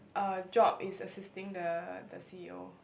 err job is assisting the the c_e_o